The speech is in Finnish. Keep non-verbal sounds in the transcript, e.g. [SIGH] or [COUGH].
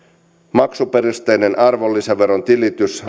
maksuperusteinen arvonlisäveron tilitys [UNINTELLIGIBLE]